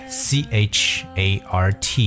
chart